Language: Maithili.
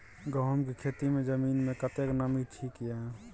गहूम के खेती मे जमीन मे कतेक नमी ठीक ये?